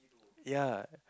ya